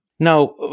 Now